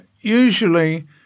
usually